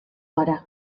gara